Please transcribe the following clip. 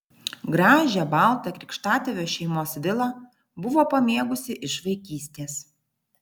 gražią baltą krikštatėvio šeimos vilą buvo pamėgusi iš vaikystės